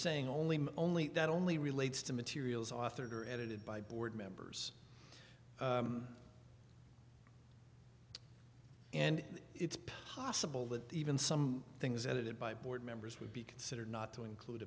saying only only that only relates to materials authored or edited by board members and it's possible that even some things edited by board members would be considered not to include